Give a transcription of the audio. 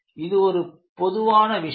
இது ஒரு பொதுவான விஷயம்